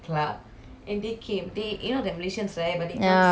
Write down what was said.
ya !wow! ya ya ya